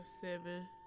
seven